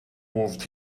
world